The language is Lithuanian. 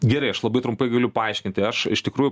gerai aš labai trumpai galiu paaiškinti aš iš tikrųjų